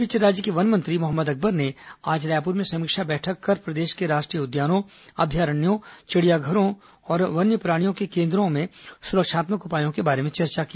इस बीच राज्य के वन मंत्री मोहम्मद अकबर ने आज रायपुर में समीक्षा बैठक कर प्रदेश के राष्ट्रीय उद्यानों अभयारण्यों चिड़ियाघरों और वन्य प्राणियों केन्द्रों में सुरक्षात्मक उपायों के बारे में चर्चा की